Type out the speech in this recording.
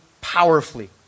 powerfully